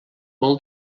molt